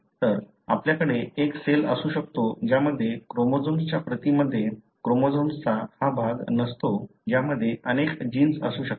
तर आपल्याकडे एक सेल असू शकतो ज्यामध्ये क्रोमोझोम्सच्या प्रतींमध्ये क्रोमोझोम्सचा हा भाग नसतो ज्यामध्ये अनेक जिन्स असू शकतात